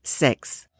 six